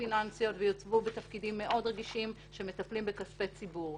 פיננסיות ויוצבו בתפקידים מאוד רגישים שמטפלים בכספי ציבור.